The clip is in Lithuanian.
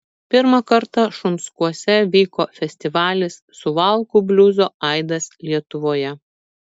pirmą kartą šunskuose vyko festivalis suvalkų bliuzo aidas lietuvoje